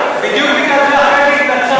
בדיוק בגלל זה אחרי זה התנצלת,